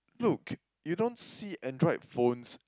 look you don't see android phones